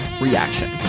reaction